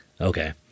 Okay